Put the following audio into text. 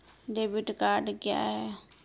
Debit card क्या हैं?